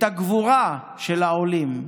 את הגבורה של העולים,